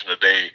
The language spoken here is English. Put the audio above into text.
today